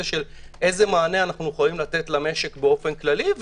של איזה מענה אנו יכולים לתת למשק באופן כללי,